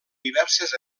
diverses